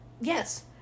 Yes